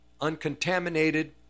uncontaminated